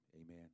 Amen